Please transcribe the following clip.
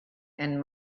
and